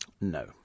No